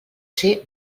ser